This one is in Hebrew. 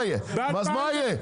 אז מה יהיה?